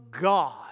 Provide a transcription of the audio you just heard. God